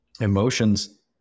Emotions